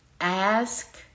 ask